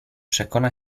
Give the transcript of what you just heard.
przekona